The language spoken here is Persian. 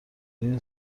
این